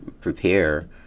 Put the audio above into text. prepare